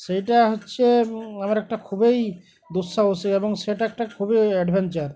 সেইটা হচ্ছে আমার একটা খুবই দুঃসাহসিক এবং সেটা একটা খুবই অ্যাডভেঞ্চার